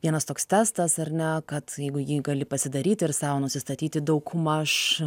vienas toks testas ar ne kad jeigu jį gali pasidaryti ir sau nusistatyti daugmaž